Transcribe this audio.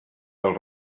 del